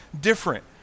different